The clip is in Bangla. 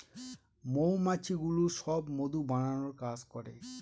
মৌমাছিগুলো সব মধু বানানোর কাজ করে